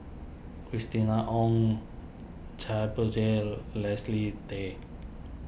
Christina Ong Chia Poh Thye Leslie Tay